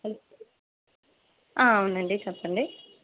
అవునండి చెప్పండి